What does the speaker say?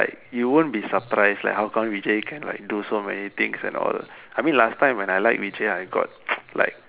like you won't be surprised like how come Vijay can like do so many things and all I mean last time when I like Vijay I got like